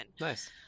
Nice